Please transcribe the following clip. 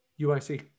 UIC